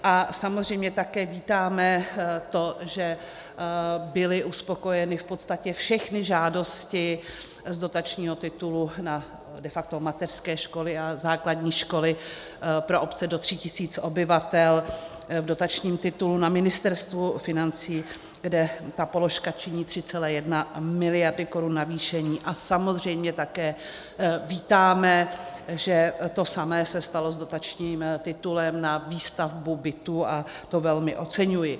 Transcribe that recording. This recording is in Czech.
A samozřejmě také vítáme to, že byly uspokojeny v podstatě všechny žádosti z dotačního titulu na de facto mateřské školy a základní školy pro obce do tří tisíc obyvatel v dotačním titulu na Ministerstvu financí, kde ta položka činí 3,1 mld. korun navýšení, a samozřejmě také vítáme, že to samé se stalo s dotačním titulem na výstavbu bytů, to velmi oceňuji.